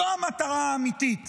זו המטרה האמיתית